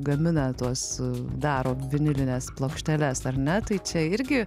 gamina tuos daro vinilines plokšteles ar ne tai čia irgi